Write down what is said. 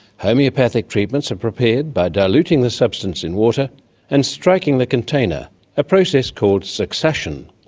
homeopathic treatments are prepared by diluting the substance in water and striking the container a process called succussion.